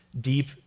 deep